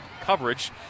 coverage